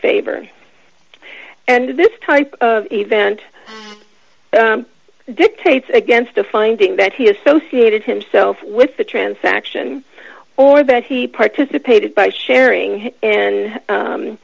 favor and this type of event dictates against a finding that he associated himself with the transaction or that he participated by sharing